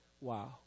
Wow